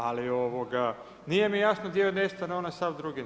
Ali nije mi jasno gdje nestane onaj sav drugi.